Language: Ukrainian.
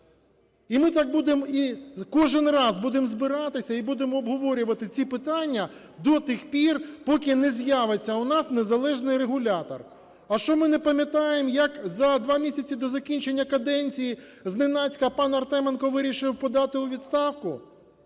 І ми так будемо, кожен раз будемо збиратися і будемо обговорювати ці питання до тих пір, поки не з'явиться у нас незалежний регулятор. А що, ми не пам'ятаємо, як за два місяця до закінчення каденції зненацька пан Артеменко вирішив подати у відставку